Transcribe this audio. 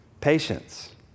patience